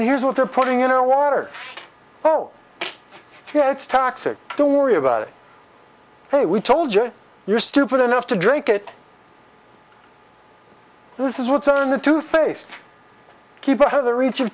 here's what they're putting in our water oh yeah it's toxic to worry about it hey we told you you're stupid enough to drink it this is what's on the toothpaste keep out of the reach of